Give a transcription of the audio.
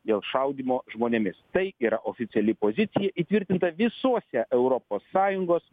dėl šaudymo žmonėmis tai yra oficiali pozicija įtvirtinta visuose europos sąjungos